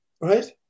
right